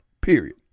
period